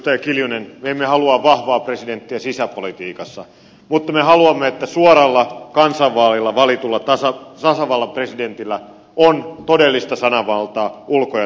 kimmo kiljunen me emme halua vahvaa presidenttiä sisäpolitiikassa mutta me haluamme että suoralla kansanvaalilla valitulla tasavallan presidentillä on todellista sananvaltaa ulko ja turvallisuuspolitiikkaan